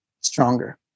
stronger